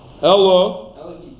Hello